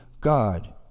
God